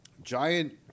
giant